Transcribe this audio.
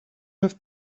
have